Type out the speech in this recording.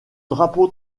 drapeau